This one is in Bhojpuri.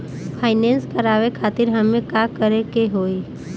फाइनेंस करावे खातिर हमें का करे के होई?